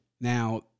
Now